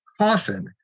Coffin